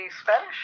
Spanish